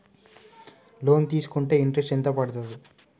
Loan తీస్కుంటే interest ఎంత పడ్తది?